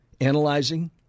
analyzing